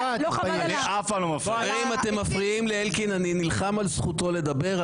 אתם מפריעים לאלקין ואני נלחם על זכותו לדבר.